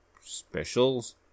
specials